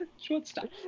Shortstop